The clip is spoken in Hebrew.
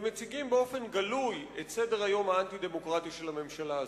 ומציגים באופן גלוי את סדר היום האנטי-דמוקרטי של הממשלה הזאת.